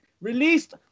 released